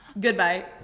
Goodbye